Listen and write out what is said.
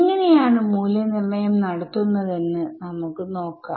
എങ്ങനെയാണ് മൂല്യനിർണയം നടത്തുന്നതെന്ന് നമുക്ക് നോക്കാം